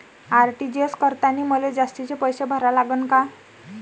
RTGS करतांनी मले जास्तीचे पैसे भरा लागन का?